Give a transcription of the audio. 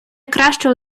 кращого